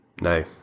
no